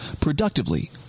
productively